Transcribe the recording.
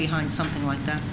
behind something like that